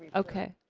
okay.